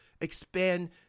expand